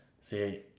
See